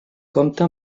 compta